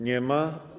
Nie ma.